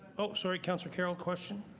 um sorry councillor carroll, question?